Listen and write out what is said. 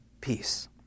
peace